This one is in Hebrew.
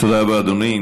תודה רבה, אדוני.